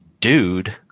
dude